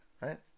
Right